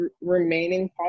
remaining